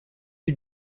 you